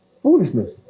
foolishness